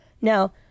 Now